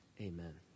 Amen